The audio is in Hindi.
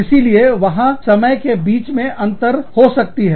इसीलिए वहां समय के बीच में अंतर हो सकती है